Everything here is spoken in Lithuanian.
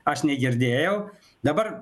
aš negirdėjau dabar